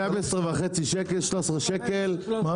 ₪12.5 - 13 ₪.